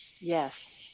Yes